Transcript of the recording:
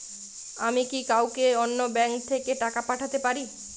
আমি কি কাউকে অন্য ব্যাংক থেকে টাকা পাঠাতে পারি?